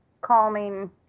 calming